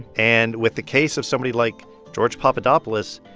and with the case of somebody like george papadopoulos,